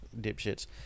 dipshits